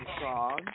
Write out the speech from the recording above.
song